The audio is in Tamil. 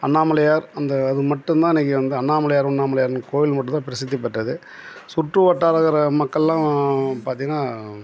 அண்ணாமலையார் அந்த அது மட்டும்தான் இன்றைக்கி வந்து அண்ணாமலையார் உண்ணாமலையார்னு கோயில் மட்டும்தான் பிரசித்தி பெற்றது சுற்று வட்டார இருக்கிற மக்களெலாம் பார்த்தீங்கன்னா